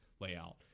layout